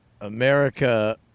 America